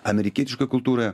amerikietiškoj kultūroje